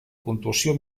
puntuació